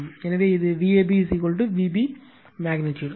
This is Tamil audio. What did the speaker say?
எனவே இது Vab Vp மெக்னிட்யூடு